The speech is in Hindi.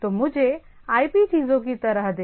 तो मुझे IP चीजों की तरह दे